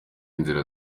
inzira